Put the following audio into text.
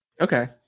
Okay